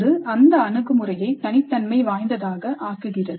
அது அந்த அணுகுமுறையை தனித்தன்மை வாய்ந்ததாக ஆக்குகிறது